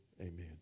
Amen